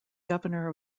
governor